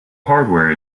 hardware